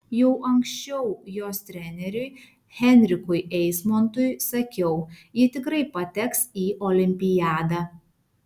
jau anksčiau jos treneriui henrikui eismontui sakiau ji tikrai pateks į olimpiadą